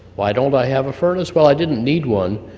why don't i have a furnace? well, i didn't need one,